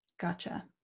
Gotcha